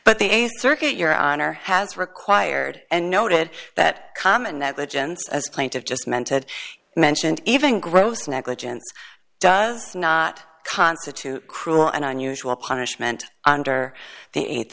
but the circuit your honor has required and noted that common negligence as plaintive just meant it mentioned even gross negligence does not constitute cruel and unusual punishment under the